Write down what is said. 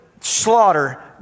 slaughter